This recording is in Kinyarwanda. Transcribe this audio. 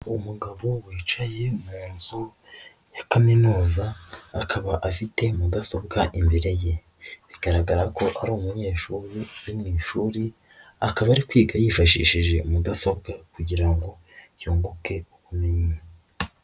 Umugabo wicaye mu nzu ya kaminuza akaba afite mudasobwa imbere ye, bigaragara ko ari umunyeshuri uri mu ishuri akaba ari kwiga yifashishije mudasobwa kugira ngo yunguke ubumenyi.